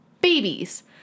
babies